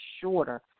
shorter